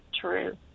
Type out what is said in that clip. true